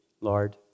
Lord